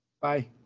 Bye